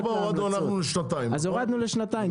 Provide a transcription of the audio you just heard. אז הורדנו לשנתיים,